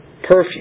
Perfume